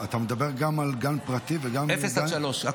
אתה מדבר גם על גן פרטי וגם על גן, אפס עד שלוש.